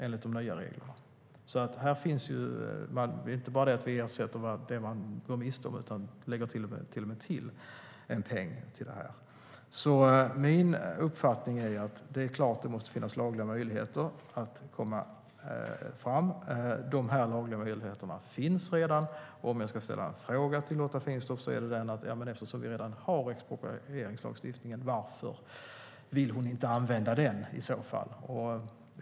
Vi ersätter inte bara det markägaren går miste om, utan vi lägger till och med till en peng. Min uppfattning är att det givetvis måste finnas lagliga möjligheter att komma framåt. Dessa lagliga möjligheter finns redan. Låt mig ställa en fråga till Lotta Finstorp: Vi redan har exproprieringslagstiftningen, varför vill hon inte använda den?